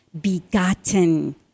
begotten